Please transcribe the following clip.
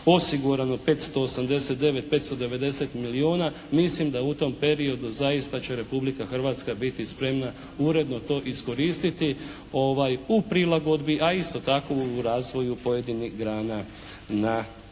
osigurano 589, 590 milijona mislim da u tom periodu zaista će Republika Hrvatska biti spremna uredno to iskoristiti u prilagodbi, a isto tako u razvoju pojedinih grana u